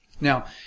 Now